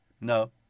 No